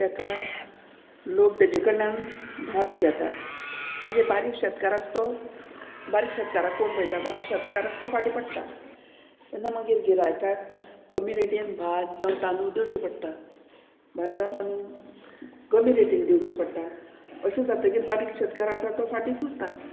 तेका लोक तेजे कडल्यान भात घेता मागीर बारीक शेतकार आसा तो बारीक शेतकाराक कोण पयता बारीक शेतकाराचो फाटीं पडटा तेन्ना मागीर गिरायकाक कमी रेटीन भात जावं तांदूळ दिवचे पडटा भात जावं तालू कमी रेटीन दिवचे पडटा अशें जातकीर बारीक शेतकारां आसा तो फाटींच उरता